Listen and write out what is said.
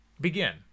begin